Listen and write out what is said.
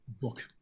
book